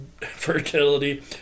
fertility